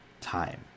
time